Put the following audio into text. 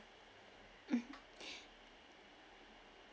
mmhmm